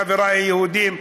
חבריי היהודים,